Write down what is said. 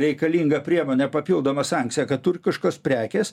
reikalinga priemonė papildoma sankcija kad turkiškos prekės